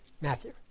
Matthew